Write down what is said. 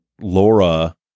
Laura